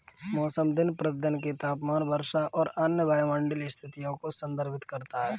मौसम दिन प्रतिदिन के तापमान, वर्षा और अन्य वायुमंडलीय स्थितियों को संदर्भित करता है